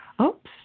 Oops